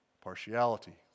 partiality